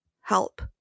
help